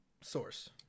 source